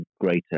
greater